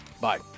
Bye